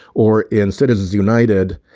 or in citizens united.